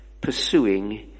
Pursuing